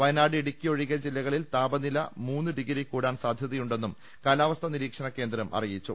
വയനാട് ഇടുക്കി ഒഴികെ ജില്ലകളിൽ താപനില മൂന്ന് ഡിഗ്രി കൂടാൻ സാധ്യതയുണ്ടെന്നും കാലാവസ്ഥാ നിരീക്ഷണ കേന്ദ്രം അറിയിച്ചു